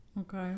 Okay